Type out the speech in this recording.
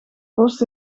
post